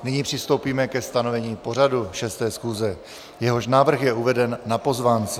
Nyní přistoupíme ke stanovení pořadu 6. schůze, jehož návrh je uveden na pozvánce.